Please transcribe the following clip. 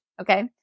okay